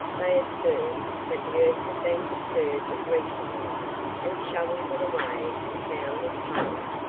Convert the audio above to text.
they observed that the earth had been disturbed recently and shoveled it away and found this hole.